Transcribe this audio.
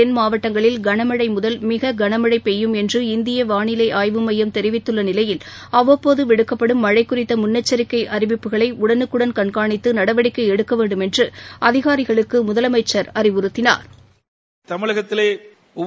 தென் மாவட்டங்களில் கனமழைமுதல் தமிழகத்தின் மிககனமழைபெய்யும் என்ற இந்தியவானிலைஆய்வு மையம் தெரிவித்துள்ளநிலையில் அவ்வப்போதுவிடுக்கப்படும் மழைகுறித்தமுன்னெச்சரிக்கைஅறிவிப்புகளைஉடனுக்குடன் கண்காணித்துநடவடிக்கைஎடுக்கவேண்டும் என்றுஅதிகாரிகளுக்குமுதலமைச்சா் அறிவுறுத்தினாா்